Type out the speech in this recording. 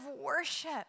worship